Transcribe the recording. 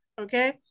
okay